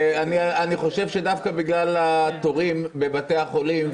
אני חושב שדווקא בגלל התורים בבתי החולים,